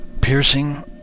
piercing